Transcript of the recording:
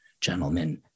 gentlemen